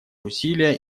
усилия